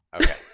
Okay